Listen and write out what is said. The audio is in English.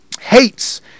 hates